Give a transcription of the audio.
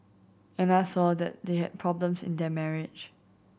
Anna saw that they had problems in their marriage